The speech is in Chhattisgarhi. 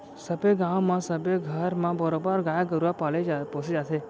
सबे गाँव म सबे घर म बरोबर गाय गरुवा पाले पोसे जाथे